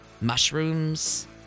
mushrooms